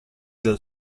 del